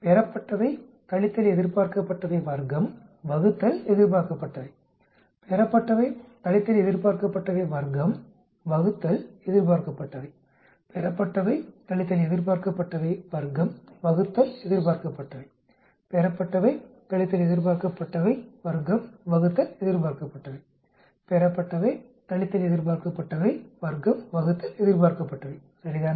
பெறப்பட்டவை கழித்தல் எதிர்பார்க்கப்பட்டவை வர்க்கம் வகுத்தல் எதிர்பார்க்கப்பட்டவை பெறப்பட்டவை கழித்தல் எதிர்பார்க்கப்பட்டவை வர்க்கம் வகுத்தல் எதிர்பார்க்கப்பட்டவை பெறப்பட்டவை கழித்தல் எதிர்பார்க்கப்பட்டவை வர்க்கம் வகுத்தல் எதிர்பார்க்கப்பட்டவை பெறப்பட்டவை கழித்தல் எதிர்பார்க்கப்பட்டவை வர்க்கம் வகுத்தல் எதிர்பார்க்கப்பட்டவை பெறப்பட்டவை கழித்தல் எதிர்பார்க்கப்பட்டவை வர்க்கம் வகுத்தல் எதிர்பார்க்கப்பட்டவை சரிதானே